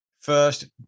first